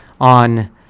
on